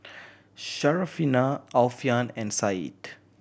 Syarafina Alfian and Said